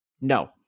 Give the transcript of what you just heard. No